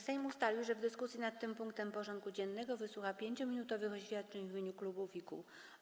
Sejm ustalił, że w dyskusji nad tym punktem porządku dziennego wysłucha 5-minutowych oświadczeń w imieniu klubów i kół.